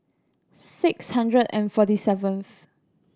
six hundred and forty seventh